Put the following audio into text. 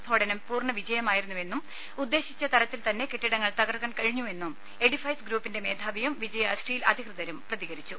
സ് ഫോടനം പൂർണവിജയമായി രുന്നുവെന്നും ഉദ്ദേശിച്ച തരത്തിൽതന്നെ കെട്ടിടങ്ങൾ തകർക്കാൻ കഴിഞ്ഞുവെന്നും എഡിഫൈസ് ഗ്രൂപ്പിന്റെ മേധാവിയും വിജയ സ്റ്റീൽ അധികൃതരും പ്രതികരിച്ചു